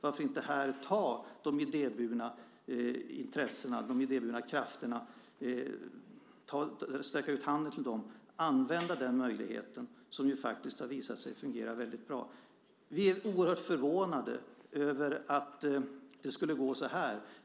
Varför inte här sträcka ut handen till de idéburna intressena, de idéburna krafterna, och använda den möjligheten, som har visat sig fungera väldigt bra? Vi är oerhört förvånade över att det kunde gå så här.